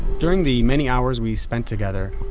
during the many hours we spent together,